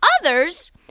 Others